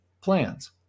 plans